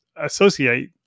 associate